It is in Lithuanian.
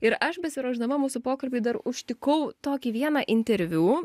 ir aš besiruošdama mūsų pokalbiui dar užtikau tokį vieną interviu